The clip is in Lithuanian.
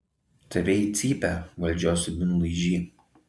tave į cypę valdžios subinlaižy